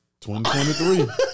2023